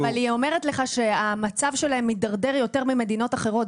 אבל היא אומרת לך שהמצב שלהם מידרדר יותר ממדינות אחרות,